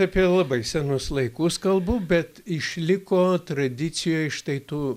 apie labai senus laikus kalbu bet išliko tradicijoj štai tų